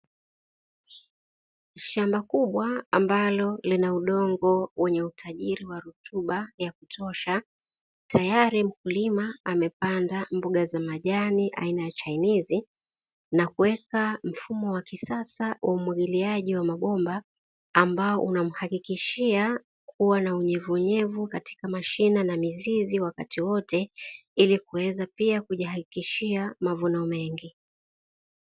Shamba kubwa ambalo lina udongo wenye utajiri wa rutuba ya kutosha, tayari mkulima amepanda mboga za majani aina ya chainizi na kuweka mfumo wa kisasa wa umwagiliaji wa mabomba, ambao unamhakikishia kuwa na unyevuunyevu katika mashina na mizizi wakati wote, ili kuweza pia kujihakikishia mavuno mengi.